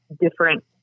Different